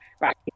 right